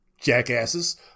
jackasses